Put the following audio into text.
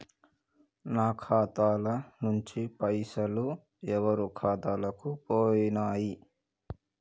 నా ఖాతా ల నుంచి పైసలు ఎవరు ఖాతాలకు పోయినయ్?